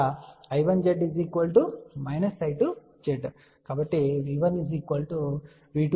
కాబట్టి V1 V2 − I2 Z అని మనం చెప్పగలం